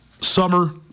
summer